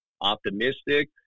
optimistic